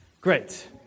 Great